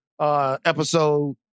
episode